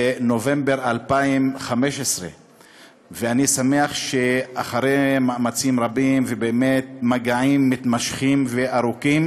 בנובמבר 2015. אני שמח שאחרי מאמצים רבים ובאמת מגעים מתמשכים וארוכים